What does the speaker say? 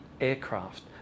aircraft